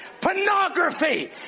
pornography